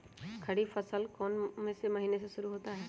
खरीफ फसल कौन में से महीने से शुरू होता है?